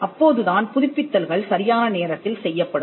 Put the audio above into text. அப்போது தான்புதுப்பித்தல்கள் சரியான நேரத்தில் செய்யப்படும்